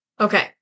Okay